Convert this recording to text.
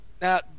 now